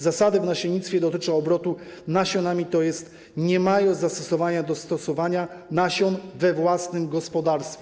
Zasady w nasiennictwie dotyczą obrotu nasionami, tj. nie mają zastosowania do stosowania nasion we własnym gospodarstwie.